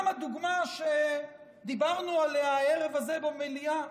גם הדוגמה שדיברנו עליה הערב הזה במליאה,